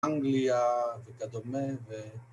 ‫אנגליה וכדומה